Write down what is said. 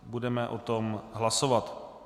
Budeme o tom hlasovat.